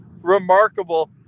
remarkable